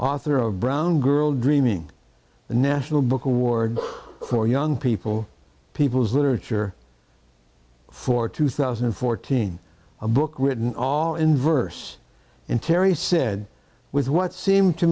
author of brown girl dreaming the national book award for young people people's literature for two thousand and fourteen a book written all in verse and terry said with what seemed to